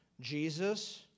Jesus